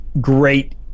great